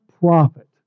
prophet